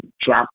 drop